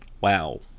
Wow